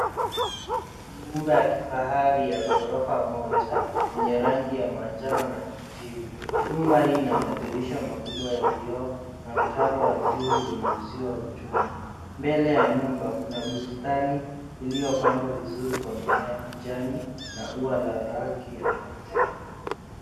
Nyumba ya kifahari ya gorofa moja na yenye rangi ya manjano na kijivu. Nyumba hii na madirisha makubwa ya vioo na mtaro wajuu wenye uzio wa chuma. Mbele ya nyumba kuna bustani ilio pambwa vizuri kwa mimea ya kijani na uwa la rangi ya manjano.